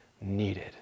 needed